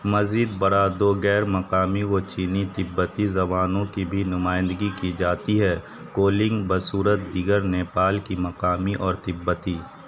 مزید برآ دو غیر مقامی و چینی تبتی زبانوں کی بھی نمائندگی کی جاتی ہے کولنگ بصورت دیگر نیپال کی مقامی اور تبتی